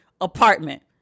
apartment